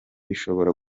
bishobora